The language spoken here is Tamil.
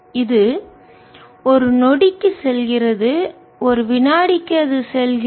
இது ஒரு நொடிக்கு செல்கிறது ஒரு வினாடிக்கு அது செல்கிறது